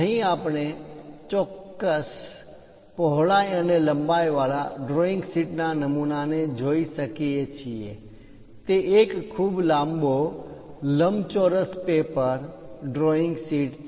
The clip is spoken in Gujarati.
અહીં આપણે ચોક્કસ પહોળાઈ અને લંબાઈ વાળા ડ્રોઈંગ શીટ ના નમૂના ને જોઈ શકીએ છીએ તે એક ખૂબ લાંબો લંબચોરસ પેપર ડ્રોઈંગ શીટ છે